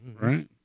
right